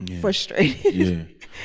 frustrated